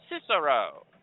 Cicero